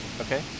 Okay